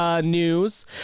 news